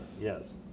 yes